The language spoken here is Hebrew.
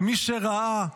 מי שראה,